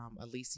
alicia